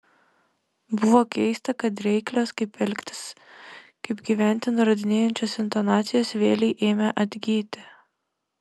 buvo keista kad reiklios kaip elgtis kaip gyventi nurodinėjančios intonacijos vėlei ėmė atgyti